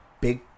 big